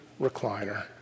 recliner